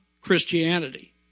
Christianity